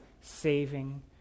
saving